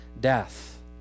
death